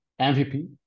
MVP